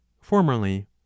formerly